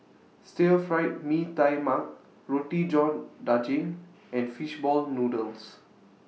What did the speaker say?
Stir Fried Mee Tai Mak Roti John Daging and Fish Ball Noodles